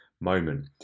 moment